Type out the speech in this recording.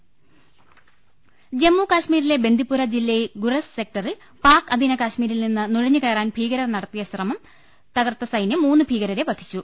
രുട്ട്ട്ട്ട്ട്ട്ട്ട്ട ജമ്മുകശ്മീരിലെ ബന്ദിപ്പുര ജില്ലയിൽ ഗുറൈസ് സെക്ടറിൽ പാക് അധീന കശ്മീരിൽ നിന്ന് നുഴഞ്ഞുകയറാൻ ഭീകരർ നടത്തിയ ശ്രമം തകർത്ത സൈന്യം മൂന്നു ഭീകരരെ വധിച്ചു